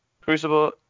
Crucible